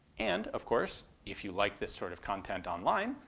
and of course if you like this sort of content on-line,